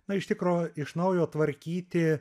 na iš tikro iš naujo tvarkyti